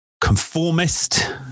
Conformist